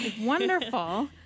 wonderful